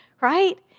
right